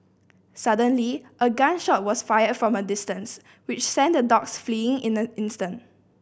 suddenly a gun shot was fired from a distance which sent the dogs fleeing in an instant